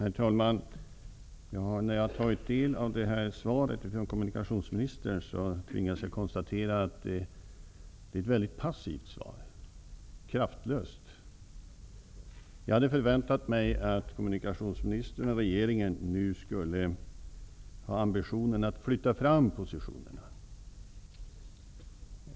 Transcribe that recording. Herr talman! När jag tar del av svaret från kommunikationsministern tvingas jag konstatera att det är mycket passivt och kraftlöst. Jag hade förväntat mig att kommunikationsministern och regeringen nu skulle ha ambitionen att flytta fram positionerna.